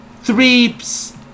Threeps